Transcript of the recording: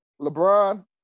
LeBron